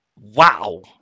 Wow